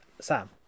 Sam